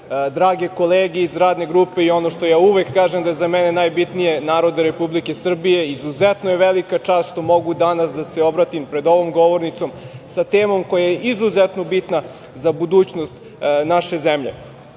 drage kolege iz radne grupe i ono što ja uvek kažem da je za mene najbitnije narode Republike Srbije, izuzetno je velika čast mogu danas da se obratim pred ovom govornicom, sa temom koja je izuzetno bitna za budućnost naše zemlje. Pred